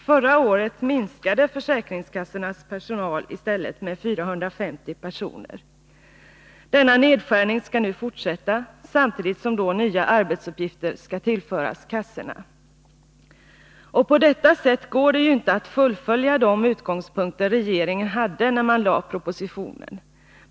Förra året minskade försäkringskassornas personalstyrka med 450 personer. Denna nedskärning skall nu fortsätta, samtidigt som nya arbetsuppgifter skall tillföras kassorna. På detta sätt går det inte att fullfölja de synpunkter regeringen hade när man lade propositionen.